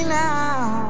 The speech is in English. now